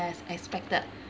as expected